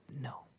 no